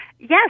Yes